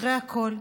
אחרי הכול,